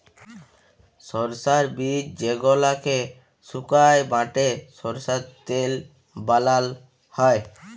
সরষার বীজ যেগলাকে সুকাই বাঁটে সরষার তেল বালাল হ্যয়